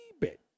bit